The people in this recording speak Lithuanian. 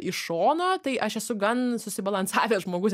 iš šono tai aš esu gan susibalansavęs žmogus